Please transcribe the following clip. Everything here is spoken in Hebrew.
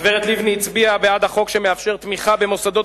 הגברת לבני הצביעה בעד החוק שמאפשר תמיכה במוסדות